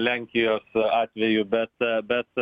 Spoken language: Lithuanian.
lenkijos atveju bet bet